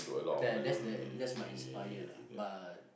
that that's the that's mine inspire lah but